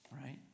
right